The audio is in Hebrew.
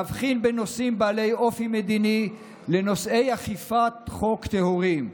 ולהבחין בין נושאים בעלי אופי מדיני לנושאי אכיפת חוק טהורים.